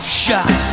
shot